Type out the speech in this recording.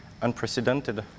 unprecedented